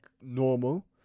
normal